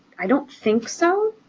i don't think so.